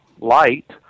light